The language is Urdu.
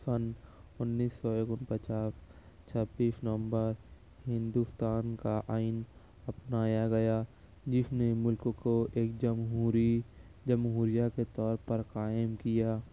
سن انیس سو یکن پچاس چھبیس نومبر ہندوستان کا آئین اپنایا گیا جس نے ملک کو ایک جمہوری جمہوریہ کے طور پر قائم کیا